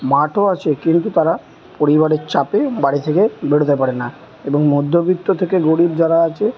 মাঠও আছে কিন্তু তারা পরিবারের চাপে বাড়ি থেকে বেরোতে পারে না এবং মধ্যবিত্ত থেকে গরীব যারা আছে